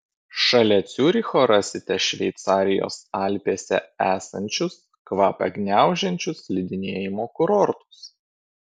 šalia ciuricho rasite šveicarijos alpėse esančius kvapą gniaužiančius slidinėjimo kurortus